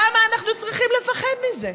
למה אנחנו צריכים לפחד מזה?